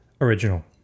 original